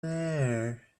there